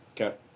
Okay